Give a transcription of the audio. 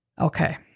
Okay